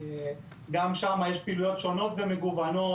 גם שם יש פעילויות שונות ומגוונות,